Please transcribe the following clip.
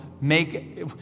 make